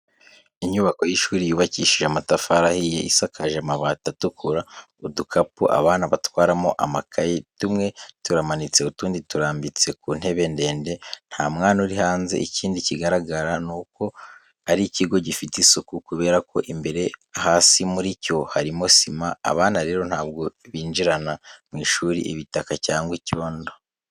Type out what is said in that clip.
Inyubako y'ishuri yubakishije amatafari ahiye, isakaje amabati atukura, udukapu abana batwaramo amakayi tumwe turamanitse utundi turambitse ku ntebe ndende. Nta mwana uri hanze, ikindi kigaragara ni uko ari ikigo gifite isuku kubera ko imbere hasi muri cyo, harimo sima. Abana rero ntabwo binjirana mu ishuri ibitaka cyangwa icyondo.